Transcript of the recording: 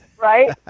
Right